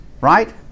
right